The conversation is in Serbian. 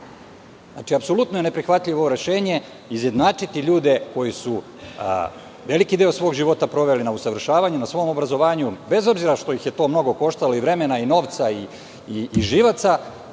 licencu? Apsolutno je neprihvatljivo rešenje izjednačiti ljude koji su veliki deo svog života proveli na usavršavanju, na svom obrazovanju, bez obzira što ih je to mnogo koštalo vremena, novca i živaca.